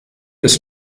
ist